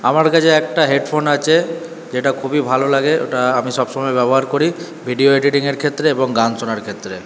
আমার কাছে একটা হেডফোন আছে যেটা খুবই ভালো লাগে ওটা আমি সবসময় ব্যবহার করি ভিডিও এডিটিংয়ের ক্ষেত্রে এবং গান শোনার ক্ষেত্রে